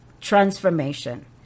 transformation